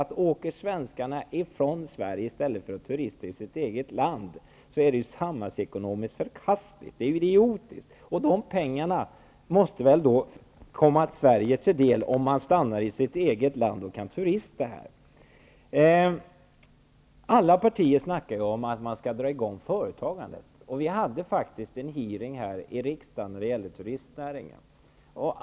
Det är samhällsekonomiskt förkastligt, idiotiskt, att svenskarna åker från Sverige i stället för att turista i sitt eget land. Om svenskarna stannar i Sverige och turistar här kommer pengarna Sverige till del. Alla partier snackar om att dra i gång företagandet. Det var tidigare en hearing i riksdagen om turistnäringen.